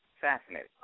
fascinating